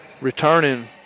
Returning